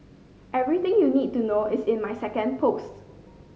everything you need to know is in my second post